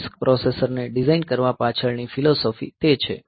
RISC પ્રોસેસરને design કરવા પાછળની ફિલોસોફી તે છે